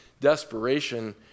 desperation